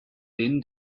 din